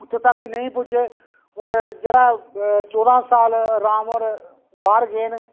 उत्थूं तक्कर नेईं पुज्जे और जेह्ड़ा चौदां साल राम होर बाह्र गे न